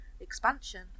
expansion